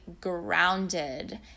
grounded